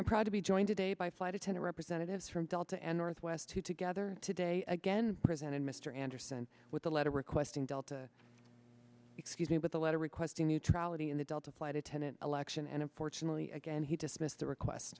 i'm proud to be joined today by flight attendant representatives from delta and northwest two together today again presented mr anderson with a letter requesting delta excuse me with a letter requesting neutrality in the delta flight attendant election and unfortunately again he dismissed the request